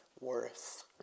worth